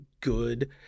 good